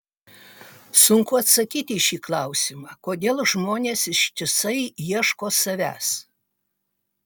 sunku atsakyti į šį klausimą kodėl žmonės ištisai ieško savęs